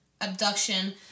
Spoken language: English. abduction